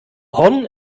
horn